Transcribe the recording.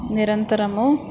నిరంతరము